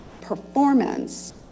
performance